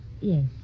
Yes